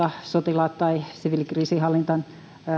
sotilaat tai siviilikriisinhallinnan